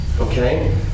Okay